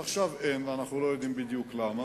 עכשיו אין, ואנחנו לא יודעים בדיוק למה.